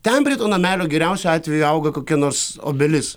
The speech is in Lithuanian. ten prie to namelio geriausiu atveju auga kokia nors obelis